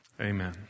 amen